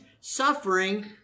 suffering